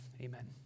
Amen